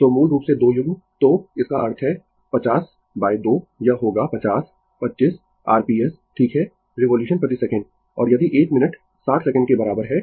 तो मूल रूप से दो युग्म तो इसका अर्थ है 502 यह होगा 50 25 r p s ठीक है रिवोल्यूशन प्रति सेकंड और यदि एक मिनट 60 सेकंड के बराबर है